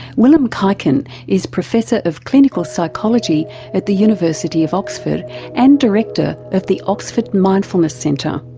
willem kuyken is professor of clinical psychology at the university of oxford and director of the oxford mindfulness centre.